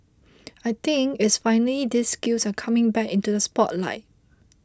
I think it's finally these skills are coming back into the spotlight